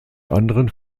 anderen